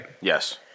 Yes